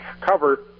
cover